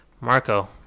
Marco